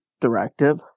Directive